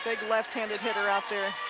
like left-handed hitter out there.